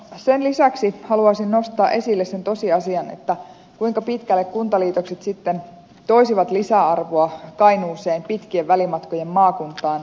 sen lisäksi haluaisin nostaa esille sen tosiasian kuinka pitkälle kuntaliitokset sitten toisivat lisäarvoa kainuuseen pitkien välimatkojen maakuntaan